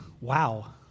wow